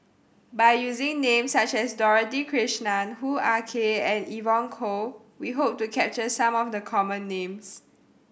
by using names such as Dorothy Krishnan Hoo Ah Kay and Evon Kow we hope to capture some of the common names